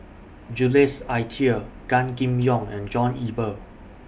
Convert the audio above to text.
Jules Itier Gan Kim Yong and John Eber